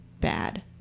bad